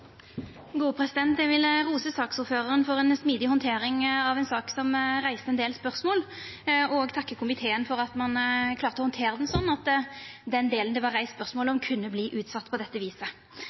ein del spørsmål, og takka komiteen for at ein klarte å handtera ho sånn at den delen det vart reist spørsmål om, kunne verta utsett på dette viset.